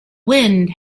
wind